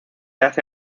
hace